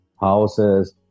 houses